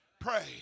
Pray